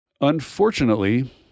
Unfortunately